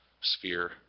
sphere